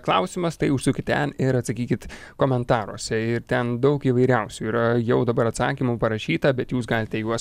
klausimas tai užsukit ten ir atsakykit komentaruose ir ten daug įvairiausių yra jau dabar atsakymų parašyta bet jūs galite juos